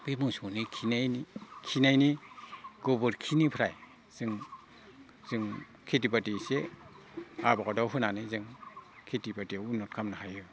बे मोसौनि खिनायनि खिनायनि गोबोरखिनिफ्राय जों जों खिथि बाथि एसे आबादाव होनानै जों खिथि बाथियाव उनन्त खालामनो हायो